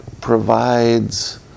provides